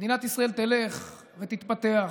מדינת ישראל תלך ותתפתח.